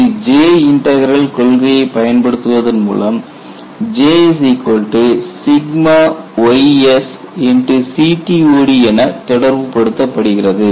இதில் J integral கொள்கையை பயன்படுத்துவதன் மூலம் J ysx CTOD என தொடர்புபடுத்தப்படுகிறது